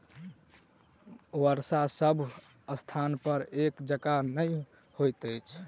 वर्षा सभ स्थानपर एक जकाँ नहि होइत अछि